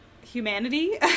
humanity